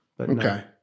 Okay